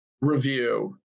review